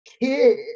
kid